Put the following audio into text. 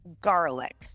garlic